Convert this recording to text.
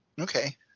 Okay